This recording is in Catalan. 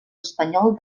espanyol